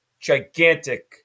gigantic